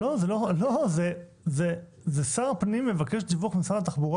אני לא חושבת שאנחנו צריכים להכניס את זה בחקיקה.